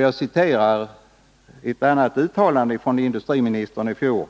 Jagciterar ett annat uttalande av industriministern från i fjol: